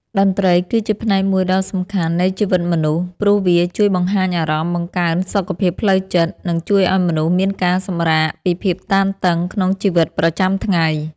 តន្ត្រីគឺជាផ្នែកមួយដ៏សំខាន់នៃជីវិតមនុស្ស ព្រោះវាជួយបង្ហាញអារម្មណ៍ បង្កើនសុខភាពផ្លូវចិត្ត និងជួយឱ្យមនុស្សមានការសម្រាកពីភាពតានតឹងក្នុងជីវិតប្រចាំថ្ងៃ។